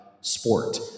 sport